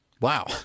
Wow